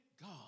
God